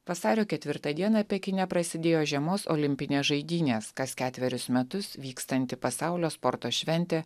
vasario ketvirtą dieną pekine prasidėjo žiemos olimpinės žaidynės kas ketverius metus vykstanti pasaulio sporto šventė